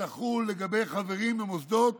שתחול לגבי חברים במוסדות